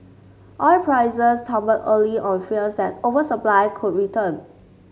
oil prices tumbled early on fears that oversupply could return